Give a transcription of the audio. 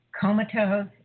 comatose